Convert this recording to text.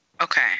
Okay